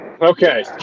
Okay